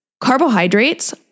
Carbohydrates